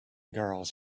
girls